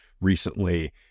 recently